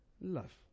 love